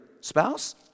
spouse